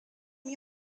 mis